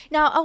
Now